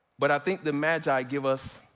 but i think the magi give us